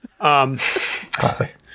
Classic